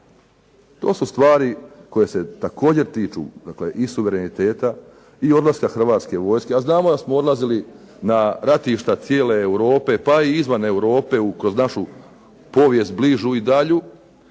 To su stvari koje se također tiču dakle i suvereniteta i odlaska Hrvatske vojske, a znamo da smo odlazili ratišta cijele Europe, pa i izvan Europe kroz našu povijest bližu i dalju